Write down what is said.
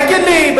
תגיד לי,